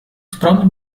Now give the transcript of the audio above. стран